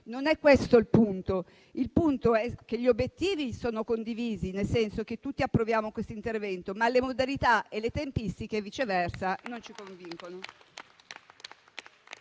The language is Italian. non è questo. Il fatto è che gli obiettivi sono condivisi, nel senso che tutti approviamo questo intervento, ma le modalità e le tempistiche, viceversa, non ci convincono.